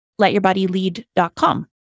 letyourbodylead.com